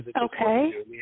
Okay